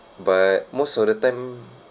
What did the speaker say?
but most of the time